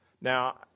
Now